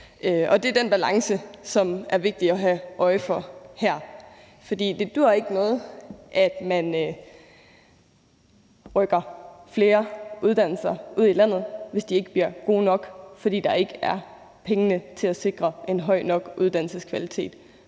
Det er den balance, som det er vigtigt at have øje for her, for det duer ikke, at man rykker flere uddannelser ud i landet, hvis ikke de bliver gode nok, fordi pengene ikke er der til at sikre en høj nok uddannelseskvalitet.